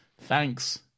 thanks